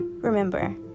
Remember